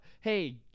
Hey